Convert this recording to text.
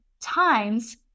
times